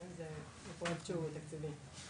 זה פרוייקט שהוא תקציבי.